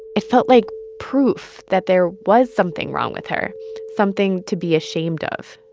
it felt like proof that there was something wrong with her something to be ashamed of.